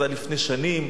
זה היה לפני שנים,